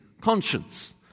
conscience